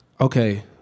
Okay